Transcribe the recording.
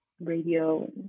radio